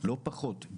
לא פחות.